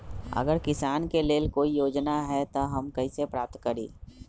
अगर किसान के लेल कोई योजना है त हम कईसे प्राप्त करी?